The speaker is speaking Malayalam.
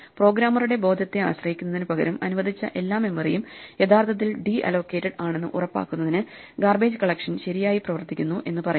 പ്രോഗ്രാമറുടെ ബോധത്തെ ആശ്രയിക്കുന്നതിനു പകരം അനുവദിച്ച എല്ലാ മെമ്മറിയും യഥാർത്ഥത്തിൽ ഡി അലോക്കേറ്റഡ് ആണെന്ന് ഉറപ്പാക്കുന്നതിന് ഗാർബേജ് കളക്ഷൻ ശരിയായി പ്രവർത്തിക്കുന്നു എന്ന് പറയാം